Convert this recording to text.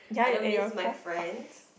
I don't miss my friends